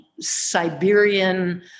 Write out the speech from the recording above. Siberian